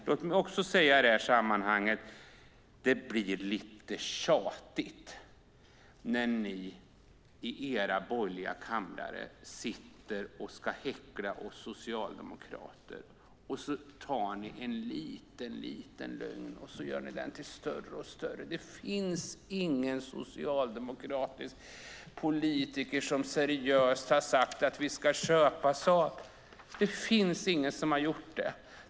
Låt mig också säga: Det blir lite tjatigt när ni sitter i era borgerliga kammare och ska häckla oss socialdemokrater och tar en liten, liten lögn och gör den större och större. Det finns ingen socialdemokratisk politiker som seriöst har sagt att vi ska köpa Saab! Det finns ingen som har gjort det.